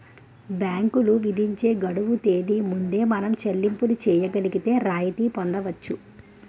బ్యాంకులు విధించే గడువు తేదీ ముందు మనం చెల్లింపులు చేయగలిగితే రాయితీ పొందవచ్చు